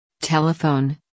telephone